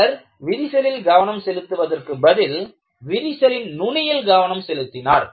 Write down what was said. அவர் விரிசலில் கவனம் செலுத்துவதற்கு பதில் விரிசலின் நுனியில் கவனம் செலுத்தினார்